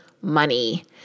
money